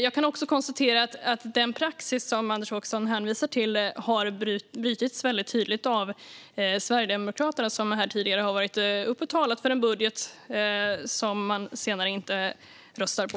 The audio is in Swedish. Jag kan också konstatera att den praxis som Anders Åkesson hänvisar till har brutits på ett tydligt sätt av Sverigedemokraterna som var uppe i talarstolen tidigare och talade för en budget som man sedan inte röstar på.